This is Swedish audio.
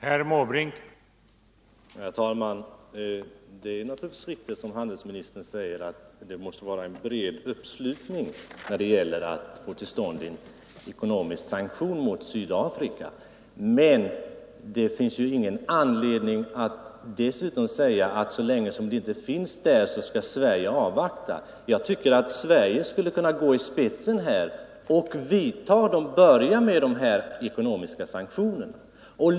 Herr talman! Det är naturligtvis riktigt som handelsministern säger, att det måste finnas en bred uppslutning när det gäller att få till stånd en ekonomisk sanktion mot Sydafrika. Men därför finns det ju ingen anledning för Sverige att säga att så länge som det inte finns en sådan uppslutning skall vi avvakta. Jag tycker att Sverige här skulle kunna gå i spetsen och börja med ekonomiska sanktioner.